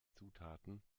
zutaten